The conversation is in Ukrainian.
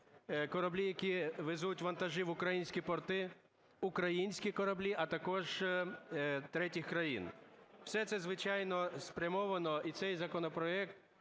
кораблі, які везуть вантажі в українські порти, українські кораблі, а також третіх країн. Все це, звичайно, спрямовано… І цей законопроект